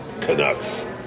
Canucks